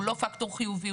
הוא לא פקטור חיובי.